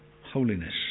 holiness